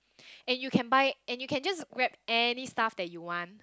and you can buy and you can just grab any stuff that you want